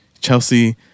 Chelsea